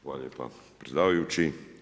Hvala lijepo predsjedavajući.